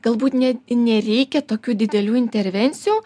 galbūt net nereikia tokių didelių intervencijų